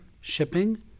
shipping